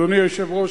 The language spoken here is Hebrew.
אם כך,